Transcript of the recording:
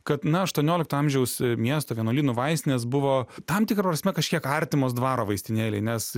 kad na aštuoniolikto amžiaus miesto vienuolynų vaistinės buvo tam tikra prasme kažkiek artimos dvaro vaistinėlei nes